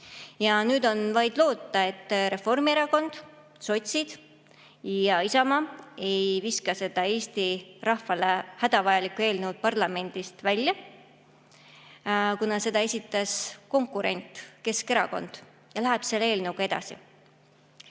Ja nüüd on vaid loota, et Reformierakond, sotsid ja Isamaa ei viska seda Eesti rahvale hädavajalikku [muudatust kõrvale], kuna selle esitas konkurent, Keskerakond, ja läheb selle eelnõuga edasi.